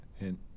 Hint